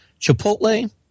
Chipotle